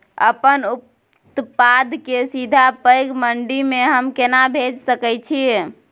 अपन उत्पाद के सीधा पैघ मंडी में हम केना भेज सकै छी?